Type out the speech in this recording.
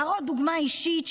להראות דוגמא אישית,